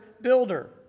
builder